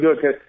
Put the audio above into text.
good